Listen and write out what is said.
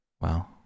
Well